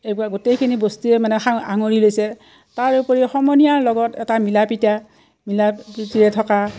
এইবোৰ গোটেইখিনি বস্তুৱে মানে সাঙৰি লৈছে তাৰ উপৰিও সমনীয়াৰ লগত এটা মিলাপিতা মিলা প্ৰীতিৰে থকা